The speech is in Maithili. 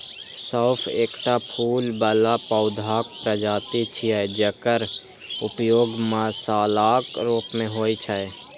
सौंफ एकटा फूल बला पौधाक प्रजाति छियै, जकर उपयोग मसालाक रूप मे होइ छै